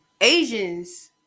Asians